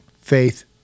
faith